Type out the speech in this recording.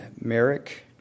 Merrick